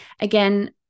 again